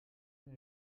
mir